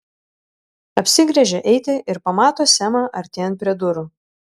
apsigręžia eiti ir pamato semą artėjant prie durų